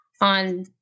on